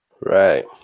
right